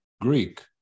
Greek